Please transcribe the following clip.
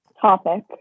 topic